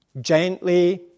gently